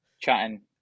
chatting